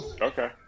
Okay